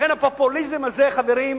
לכן, הפופוליזם הזה, חברים,